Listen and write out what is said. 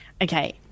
okay